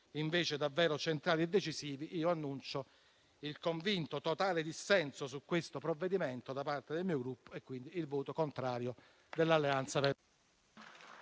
sì, davvero centrali e decisivi, io annuncio il convinto e totale dissenso su questo provvedimento da parte del mio Gruppo e quindi il voto contrario dell'Alleanza Verdi